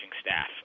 staff